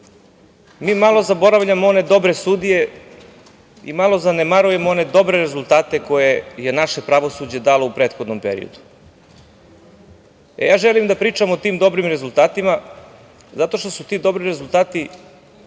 mi malo zaboravljamo one dobre sudije i malo zanemarujemo one dobre rezultate koje je naše pravosuđe dalo u prethodnom periodu. Želim da pričam o tim dobrim rezultatima zato što su ti dobri rezultati